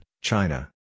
China